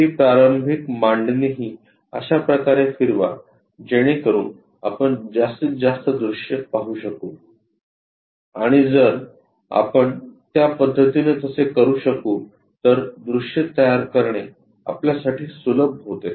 ही प्रारंभिक मांडणीही अशा प्रकारे फिरवा जेणेकरुन आपण जास्तीत जास्त दृश्ये पाहू शकू आणि जर आपण त्या पद्धतीने तसे करू शकू तर दृश्ये तयार करणे आपल्यासाठी सुलभ होते